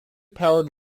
powered